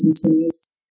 Continues